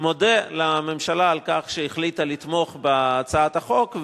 מודה לממשלה על כך שהחליטה לתמוך בהצעת החוק,